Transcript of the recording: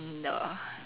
no